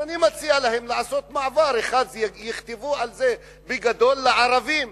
אז אני מציע להם לעשות מעבר אחד ויכתבו על זה בגדול: "לערבים".